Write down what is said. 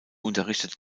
unterrichtet